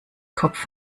kopf